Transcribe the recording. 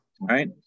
Right